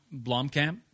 Blomkamp